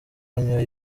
banywa